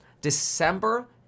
December